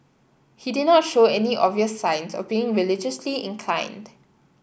he did not show any obvious signs of being religiously inclined